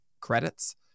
credits